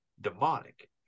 demonic